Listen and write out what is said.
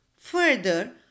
Further